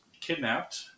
kidnapped